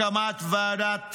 הקמת ועדת